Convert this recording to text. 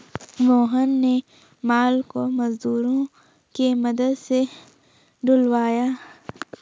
मोहन ने माल को मजदूरों के मदद से ढूलवाया